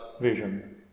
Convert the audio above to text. vision